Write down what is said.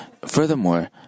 Furthermore